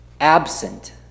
absent